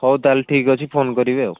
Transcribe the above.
ହଉ ତା'ହେଲେ ଠିକ୍ ଅଛି ଫୋନ୍ କରିବେ ଆଉ